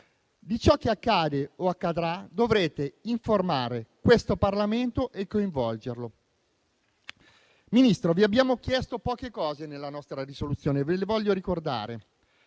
Di ciò che accade o accadrà dovrete informare questo Parlamento e coinvolgerlo. Signor Presidente, abbiamo chiesto poche cose al Governo, nella nostra risoluzione, e ve le voglio ricordare: